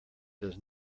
does